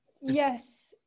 Yes